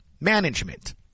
management